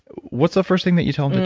what's the first thing that you tell them to